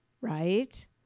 right